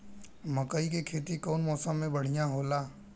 मकई के खेती कउन मौसम में बढ़िया होला?